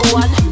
one